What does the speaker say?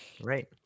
right